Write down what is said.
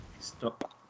Stop